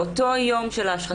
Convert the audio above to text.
באותו היום של ההשחתה.